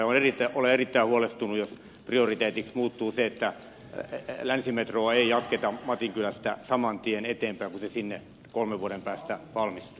olen erittäin huolestunut jos prioriteetiksi muuttuu se että länsimetroa ei jatketa matinkylästä saman tien eteenpäin kun se sinne kolmen vuoden päästä valmistuu